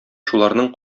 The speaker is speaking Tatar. шуларның